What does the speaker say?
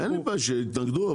אין לי בעיה, שיתנגדו.